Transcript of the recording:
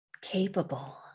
capable